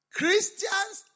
Christians